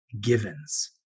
givens